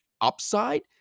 upside